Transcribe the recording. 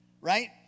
right